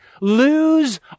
lose